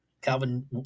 Calvin